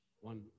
one